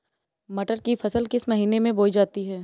मटर की फसल किस महीने में बोई जाती है?